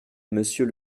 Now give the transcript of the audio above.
monsieur